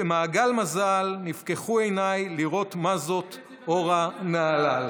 במעגל מזל / נפקחו עיניי לראות מה זאת הורה נהלל".